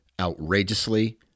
outrageously